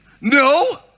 No